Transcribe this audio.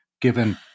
given